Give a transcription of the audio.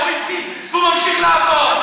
שהם יודעים שהכסף מגיע לטרוריסטים והוא ממשיך לעבור.